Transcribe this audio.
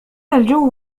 الجو